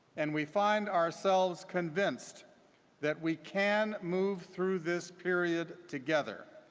and we find ourselves convinced that we can move through this period together.